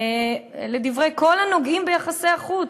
לדברי כל הנוגעים ביחסי החוץ,